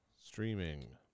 streaming